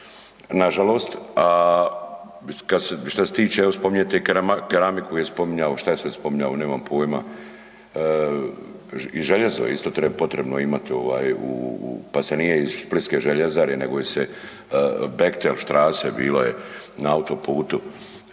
nažalost. A što se tiče, evo spominjete i keramiku je spominjao, što je sve spominjao, nemam pojma, i željezo je isto potrebno imati u pa se nije iz splitske željezare nego je se .../Govornik se ne razumije./... bilo je na autoputu,